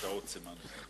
בטעות סימנתי.